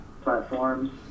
platforms